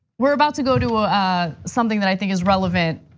we're about to go to ah ah something that i think is relevant